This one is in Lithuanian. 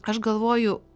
aš galvoju